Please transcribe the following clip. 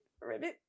ribbit